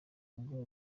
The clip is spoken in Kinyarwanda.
ngo